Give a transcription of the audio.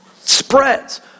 Spreads